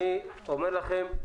אני אומר לכם: